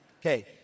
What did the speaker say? Okay